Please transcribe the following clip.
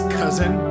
cousin